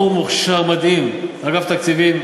בתקופה כזאת,